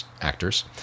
actors